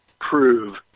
prove